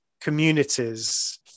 communities